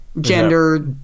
Gender